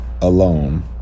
alone